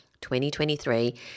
2023